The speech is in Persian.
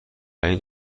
این